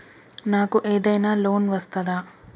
నాకు ఏదైనా లోన్ వస్తదా?